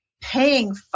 paying